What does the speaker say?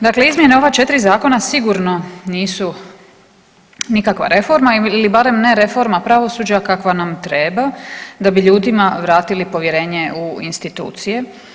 Dakle izmjene ova 4 zakona sigurno nisu nikakva reforma ili barem ne reforma pravosuđa kakva nam treba da bi ljudima vratili povjerenje u institucije.